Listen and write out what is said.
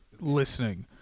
listening